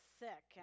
sick